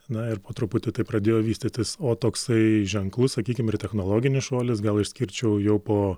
na ir po truputį pradėjo vystytis o toksai ženklus sakykim ir technologinis šuolis gal išskirčiau jau po